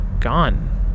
gone